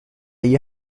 you